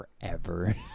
forever